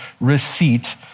receipt